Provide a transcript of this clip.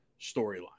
storyline